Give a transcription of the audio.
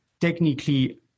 technically